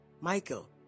Michael